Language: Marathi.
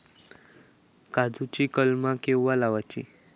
काजुची कलमा केव्हा लावची?